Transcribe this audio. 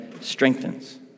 strengthens